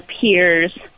peers